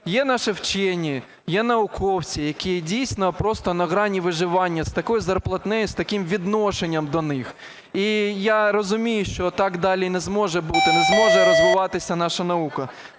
Є наші вчені, є науковці, які дійсно просто на грані виживання з такою зарплатнею, з таким відношенням до них. І я розумію, що так далі не зможе бути, не зможе розвиватися наша наука.